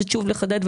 זו דעתך.